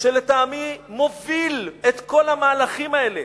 שלטעמי מוביל את כל המהלכים האלה.